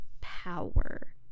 power